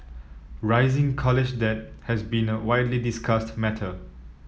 rising college debt has been a widely discussed matter